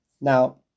Now